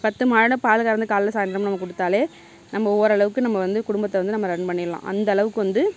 பத்து மாடு பால் கறந்து காலையில் சாயந்தரம் நம்ம கொடுத்தாலே நம்ம ஓரளவுக்கு நம்ம வந்து குடும்பத்தை நம்ம ரன் பண்ணிடலாம் அந்தளவுக்கு வந்து